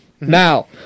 Now